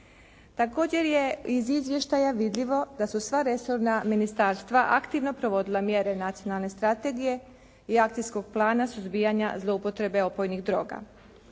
Također je iz izvještaja vidljivo da su sva resorna ministarstva aktivno provodila mjere Nacionalne strategije i Akcijskog plana suzbijanja zloupotrebe opojnih droga